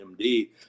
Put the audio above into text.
MD